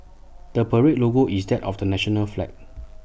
the parade's logo is that of the national flag